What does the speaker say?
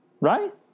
right